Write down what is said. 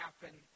happen